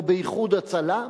או ב"איחוד הצלה",